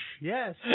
Yes